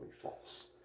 false